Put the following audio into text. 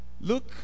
Look